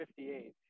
58